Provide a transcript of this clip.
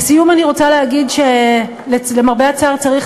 לסיום אני רוצה להגיד שלמרבה הצער צריך